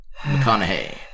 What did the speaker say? McConaughey